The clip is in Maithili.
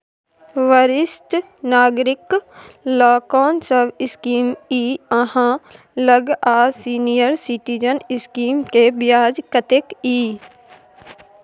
वरिष्ठ नागरिक ल कोन सब स्कीम इ आहाँ लग आ सीनियर सिटीजन स्कीम के ब्याज कत्ते इ?